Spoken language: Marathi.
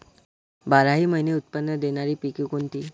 बाराही महिने उत्त्पन्न देणारी पिके कोणती?